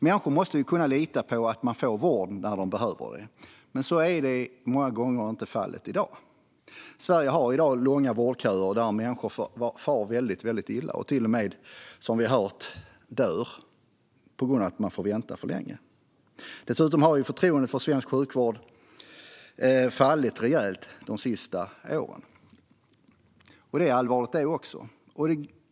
Människor måste kunna lita på att de får vård när de behöver det. Men så är många gånger inte fallet i dag. Sverige har i dag långa vårdköer där människor far mycket illa och till och med, som vi har hört, dör på grund av att de får vänta för länge. Dessutom har förtroendet för svensk sjukvård fallit rejält under de senaste åren. Det är också allvarligt.